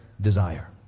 desire